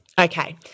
Okay